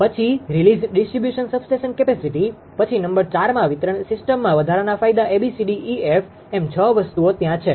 પછી released distribution substation capacity પછી number 4માં વિતરણ સીસ્ટમમાં વધારાના ફાયદા a b c d e f એમ છ વસ્તુઓ ત્યાં છે